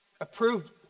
Approved